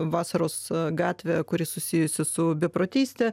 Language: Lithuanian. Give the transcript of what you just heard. vasaros gatvę kuri susijusi su beprotyste